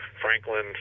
Franklin